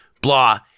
blah